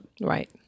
Right